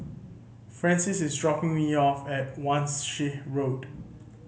Francis is dropping me off at Wan Shih Road